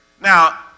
now